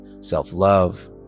self-love